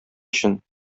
өчен